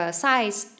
size